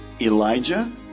Elijah